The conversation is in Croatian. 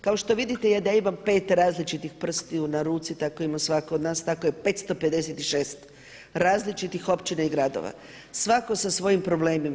Kao što vidite ja da imam pet različitih prstiju na ruci, tako ima svatko od nas, tako je 556 različitih općina i gradova svatko sa svojim problemima.